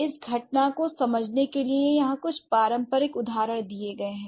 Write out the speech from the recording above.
इस घटना को समझने के लिए यहाँ कुछ पारंपरिक उदाहरण दिए गए हैं